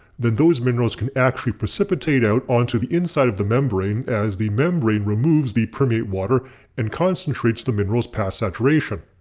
then those minerals can actually precipitate out onto the inside of the membrane as the membrane removes the permeate water and concentrates the minerals past saturation.